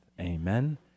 Amen